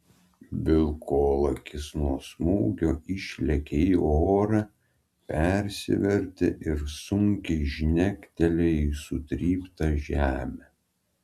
vilkolakis nuo smūgio išlėkė į orą persivertė ir sunkiai žnektelėjo į sutryptą žemę